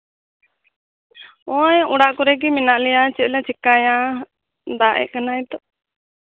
ᱳᱭ ᱚᱲᱟᱜ ᱠᱚᱨᱮ ᱜᱮ ᱢᱮᱱᱟᱜ ᱞᱮᱭᱟ ᱪᱮᱫᱞᱮ ᱪᱮᱠᱟᱭᱟ ᱫᱟᱜ ᱮᱫ ᱠᱟᱱᱟᱭ ᱛᱚ